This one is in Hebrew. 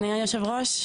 שלום, אדוני היושב ראש.